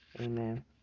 Amen